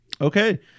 Okay